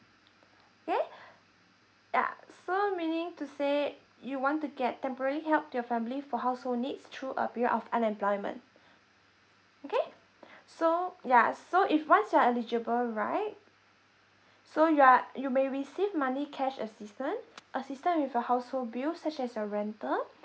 okay yeah so meaning to say you want to get temporary help to your family for household needs through a period of unemployment okay so ya so if once you are eligible right so you are you may receive monthly cash assistant assistant with your household bills such as your rental